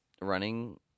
running